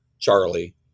Charlie